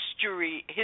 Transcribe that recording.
history